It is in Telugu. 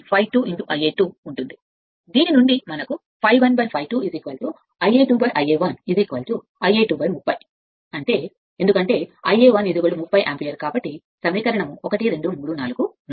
∅2 నుండి మనకు ∅1 ∅ 2 లభిస్తుంది ∅2 11 ∅2 30 ఎందుకంటే ∅ 1 30 యాంపియర్ కాబట్టి సమీకరణం 1 2 3 4 నుండి